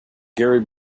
gary